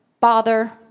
bother